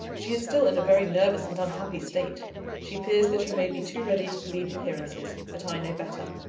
she is still in a very nervous and unhappy state she fears that you may be too ready to believe appearances but i know better.